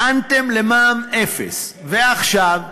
טענתם למע"מ אפס, ועכשיו,